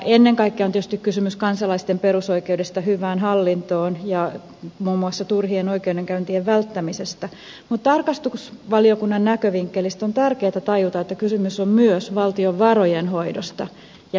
ennen kaikkea on tietysti kysymys kansalaisten perusoikeudesta hyvään hallintoon ja muun muassa turhien oikeudenkäyntien välttämisestä mutta tarkastusvaliokunnan näkövinkkelistä on tärkeätä tajuta että kysymys on myös valtion varojen hoidosta ja hyvästä hallinnosta